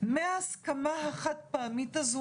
מההסכמה החד-פעמית הזאת,